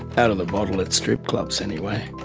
out of the bottle at strip clubs anyway.